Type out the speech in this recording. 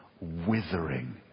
withering